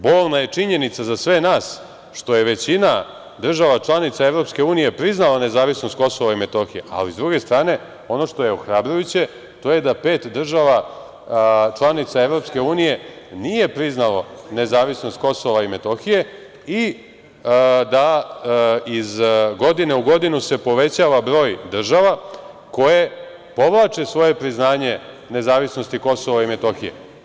Bolna je činjenica za sve nas što je većina država članica EU priznala nezavisnost Kosova i Metohije, ali s druge strane ono što je ohrabrujuće to je da pet država članica EU nije priznalo nezavisnost Kosova i Metohije i da se iz godine u godinu povećava broj država koje povlače svoje priznanje nezavisnosti Kosova i Metohije.